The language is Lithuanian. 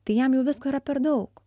tai jam jau visko yra per daug